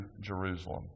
Jerusalem